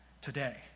today